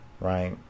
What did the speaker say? right